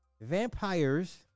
Vampires